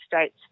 States